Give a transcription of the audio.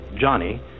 Johnny